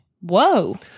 Whoa